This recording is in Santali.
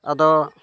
ᱟᱫᱚ